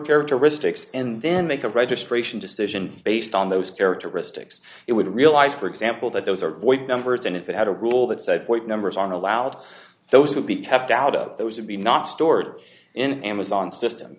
characteristics and then make a registration decision based on those characteristics it would realize for example that those are void numbers and if it had a rule that said point numbers aren't allowed those will be kept out of those to be not stored in amazon system